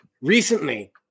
Recently